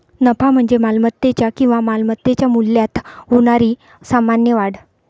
नफा म्हणजे मालमत्तेच्या किंवा मालमत्तेच्या मूल्यात होणारी सामान्य वाढ